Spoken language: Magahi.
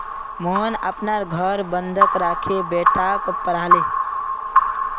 मोहन अपनार घर बंधक राखे बेटाक पढ़ाले